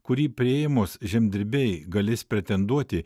kurį priėmus žemdirbiai galės pretenduoti